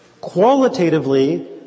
Qualitatively